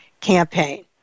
campaign